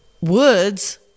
woods